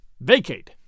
vacate